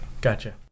Gotcha